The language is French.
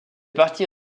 partie